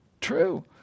true